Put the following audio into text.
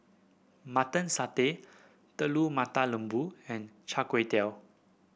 Mutton Satay Telur Mata Lembu and chai kway tow